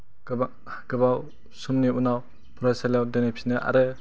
गोबाव गोबाव समनि उनाव फरायसालियाव दोनहैफिनो आरो